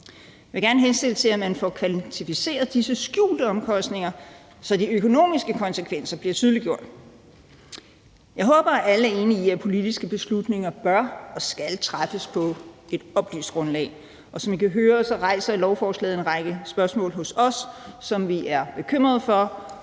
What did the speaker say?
Jeg vil gerne henstille til, at man får kvantificeret disse skjulte omkostninger, så de økonomiske konsekvenser bliver tydeliggjort. Jeg håber, at alle er enige i, at politiske beslutninger bør og skal træffes på et oplyst grundlag, og som I kan høre, rejser lovforslaget en række spørgsmål hos os, som vi er bekymrede for,